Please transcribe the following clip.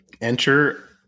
enter